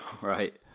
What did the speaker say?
Right